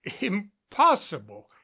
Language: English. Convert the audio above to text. impossible